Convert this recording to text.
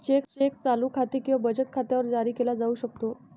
check चालू खाते किंवा बचत खात्यावर जारी केला जाऊ शकतो